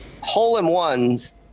hole-in-ones